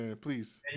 please